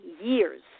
years